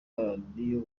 radio